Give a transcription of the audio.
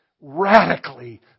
radically